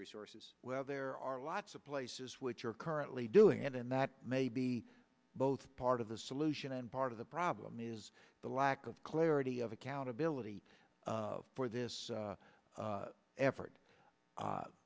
resources well there are lots of places which are currently doing it and that may be both part of the solution and part of the problem is the lack of clarity of accountability for this effort